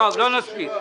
לא נספיק.